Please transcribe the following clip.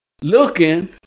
looking